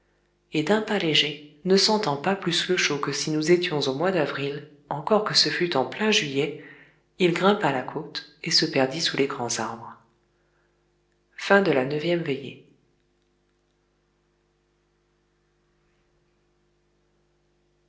et d'un pas léger ne sentant pas plus le chaud que si nous étions au mois d'avril encore que ce fût en plein juillet il grimpa la côte et se perdit sous les grands arbres dixième veillée